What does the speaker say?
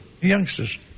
youngsters